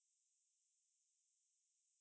the silent mode at night because